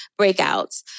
breakouts